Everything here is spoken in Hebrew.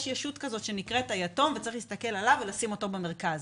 יש ישות כזאת שנקראת היתום וצריך להסתכל עליו ולשים אותו במרכז.